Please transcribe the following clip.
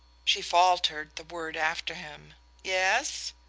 she faltered the word after him yes?